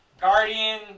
guardian